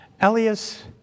Elias